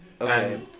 Okay